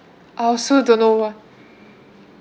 I also don't know why